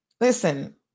Listen